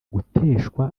guteshwa